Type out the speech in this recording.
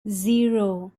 zero